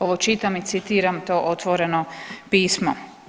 Ovo čitam i citiram to otvoreno pismo.